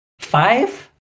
five